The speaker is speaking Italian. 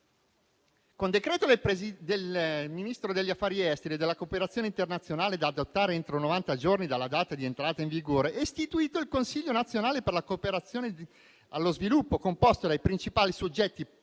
Con decreto del Ministro degli affari esteri e della cooperazione internazionale, da adottare entro novanta giorni dalla data di entrata in vigore, è istituito il Consiglio nazionale per la cooperazione allo sviluppo, composto dai principali soggetti pubblici